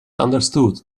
understood